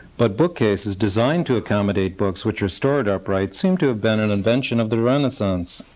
but bookcases designed to accommodate books which were stored upright seem to have been an invention of the renaissance.